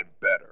better